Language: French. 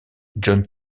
john